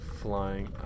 flying